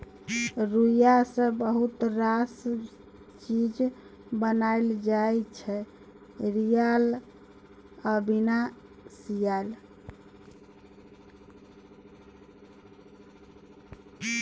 रुइया सँ बहुत रास चीज बनाएल जाइ छै सियल आ बिना सीयल